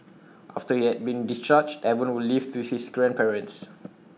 after he had been discharged Evan will live with his grandparents